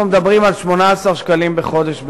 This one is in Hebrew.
אנחנו מדברים על 18 שקלים בחודש בלבד.